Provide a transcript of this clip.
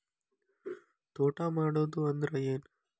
ತೋಟ ಮಾಡುದು ಅಂದ್ರ ಏನ್?